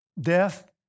death